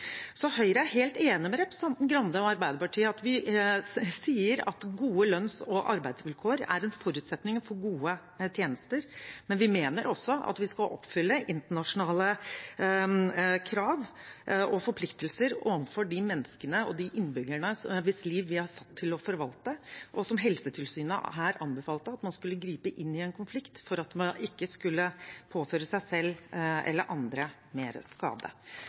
Høyre er helt enig med representanten Grande og Arbeiderpartiet i at gode lønns- og arbeidsvilkår er en forutsetning for gode tjenester, men vi mener også at vi skal oppfylle internasjonale krav og forpliktelser overfor de menneskene og de innbyggerne hvis liv vi er satt til å forvalte, og her anbefalte Helsetilsynet at man skulle gripe inn i en konflikt for at man ikke skulle påføre seg selv eller andre mer skade.